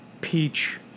peach